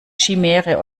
chimäre